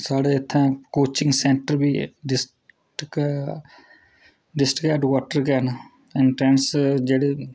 साढ़े इत्थै coaching centre district headquarter गै न इंटैंस जेह्ड़े